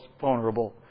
vulnerable